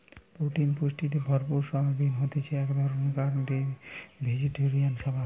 protein পুষ্টিতে ভরপুর soybean হতিছে এক ধরণকার ভেজিটেরিয়ান খাবার